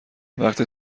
وقتی